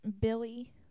billy